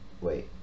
wait